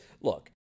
look